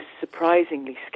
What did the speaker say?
surprisingly